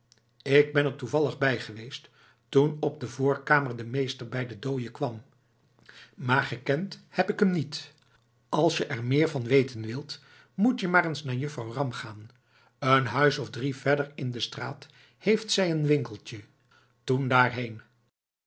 ik ben er toevallig bij geweest toen op de voorkamer de meester bij den dooie kwam maar gekend heb ik hem niet als je er meer van weten wilt moet je maar eens naar juffrouw ram gaan een huis of drie verder in de straat heeft zij een winkeltje toen